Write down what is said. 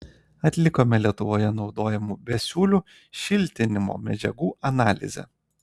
atlikome lietuvoje naudojamų besiūlių šiltinimo medžiagų analizę